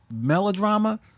melodrama